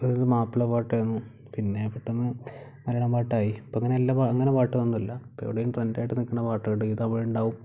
അത് മാപ്പിള പാട്ടായിരുന്നു പിന്നെ പെട്ടന്ന് മലയാളാം പാട്ടായി അപ്പം അങ്ങനെ എല്ലാ അങ്ങനെ പാട്ടൊന്നുമില്ല ഇപ്പം എവിടെയും ട്രെൻഡായിട്ട് നിൽക്കുന്ന പാട്ട് ഈ തമിഴ് ഉണ്ടാാവും